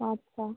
আচ্ছা